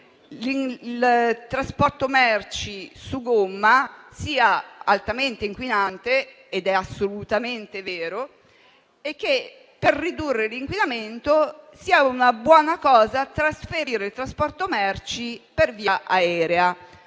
il trasporto merci su gomma sia altamente inquinante - ed è assolutamente vero - e che, per ridurre l'inquinamento, sia una buona cosa trasferire il trasporto merci per via aerea.